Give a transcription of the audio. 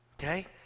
Okay